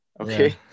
Okay